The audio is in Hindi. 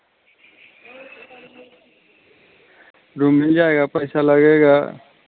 रूम मिल जाएगा पैसा लगेगा